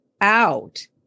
out